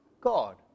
god